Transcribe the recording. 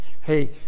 hey